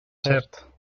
cert